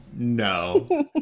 No